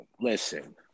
listen